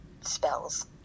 spells